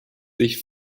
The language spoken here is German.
sich